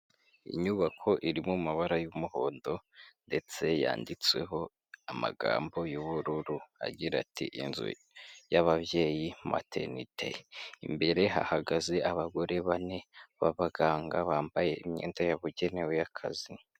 Inyubako iri mu mabara y'umuhondo ndetse yanditsweho amagambo y'ubururu agira ati inzu y'ababyeyi materinite, imbere hahagaze abagore bane b'abaganga bambaye imyenda yabugenewe y'akazi.